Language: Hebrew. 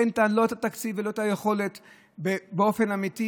אין כאן לא את התקציב ולא את היכולת באופן אמיתי